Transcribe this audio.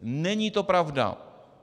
Není to pravda!